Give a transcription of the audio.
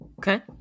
Okay